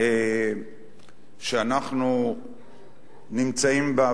שאנחנו נמצאים בה,